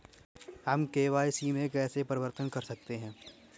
हम के.वाई.सी में कैसे परिवर्तन कर सकते हैं?